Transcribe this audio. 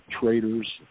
traders